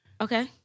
Okay